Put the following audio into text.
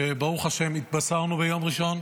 שברוך השם התבשרנו עליו ביום ראשון.